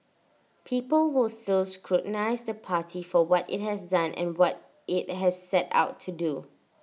people will still scrutinise the party for what IT has done and what IT has set out to do